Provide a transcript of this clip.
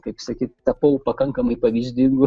kaip sakyti tapau pakankamai pavyzdingu